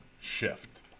shift